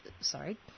sorry